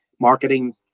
marketing